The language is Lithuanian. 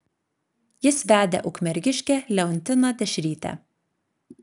jis vedė ukmergiškę leontiną dešrytę